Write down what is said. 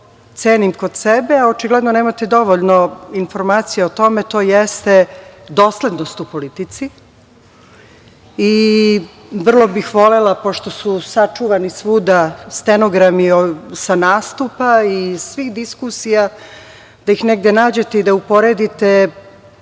cenim kod sebe, a očigledno nemate dovoljno informacija o tome, to jeste doslednost u politici i vrlo bih volela, pošto su sačuvani svuda stenogrami sa nastupa i svih diskusija, da ih negde nađete i da uporedite